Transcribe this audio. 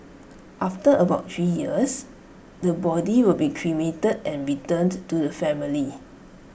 after about three years the body will be cremated and returned to the family